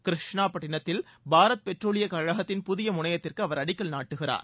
கிருஷ்ணாபட்டினத்தில் பாரத் பெட்ரோலிய கழகத்தின் புதிய முனையத்திற்கு அவர் அடிக்கல் நாட்டுகிறார்